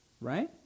Right